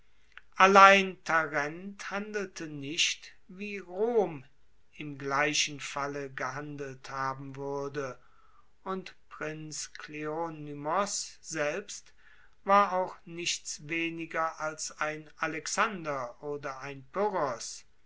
allein tarent handelte nicht wie rom im gleichen falle gehandelt haben wuerde und prinz kleonymos selbst war auch nichts weniger als ein alexander oder ein